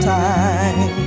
time